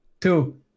Two